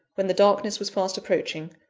when the darkness was fast approaching,